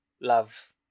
Love